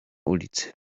ulicy